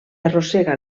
arrossega